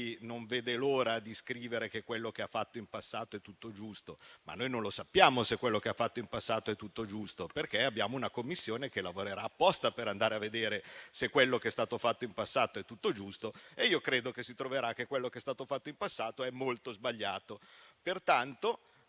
non vedono l'ora di scrivere che quello che hanno fatto in passato è tutto giusto. Noi non sappiamo se quello che hanno fatto in passato è tutto giusto perché abbiamo una Commissione che lavorerà apposta per andare a vedere se quello che è stato fatto in passato è tutto giusto. Io credo che si troverà che quello che è stato fatto in passato è molto sbagliato.